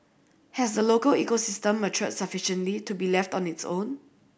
has the local ecosystem matured sufficiently to be left on its own